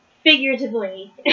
Figuratively